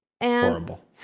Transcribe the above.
Horrible